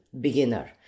beginner